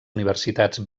universitats